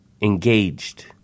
engaged